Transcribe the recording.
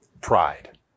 pride